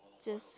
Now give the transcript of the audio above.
just